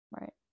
Right